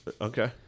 Okay